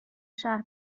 شهر